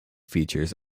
features